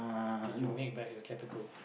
did you make back your capital